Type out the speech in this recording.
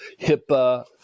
HIPAA